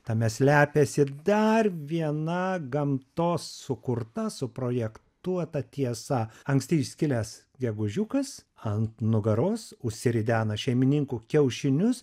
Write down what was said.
tame slepiasi dar viena gamtos sukurta suprojektuota tiesa anksti išskilęs gegužiukas ant nugaros užsiridena šeimininkų kiaušinius